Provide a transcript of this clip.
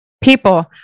People